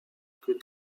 que